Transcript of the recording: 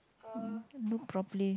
look properly